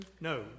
No